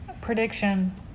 prediction